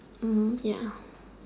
ya